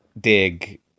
dig